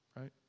right